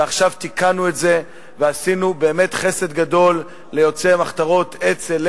ועכשיו תיקנו את זה ועשינו באמת חסד גדול ליוצאי המחתרות אצ"ל,